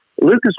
Lucas